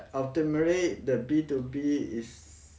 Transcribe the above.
ultimately the B two B is